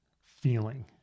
feeling